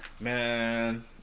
man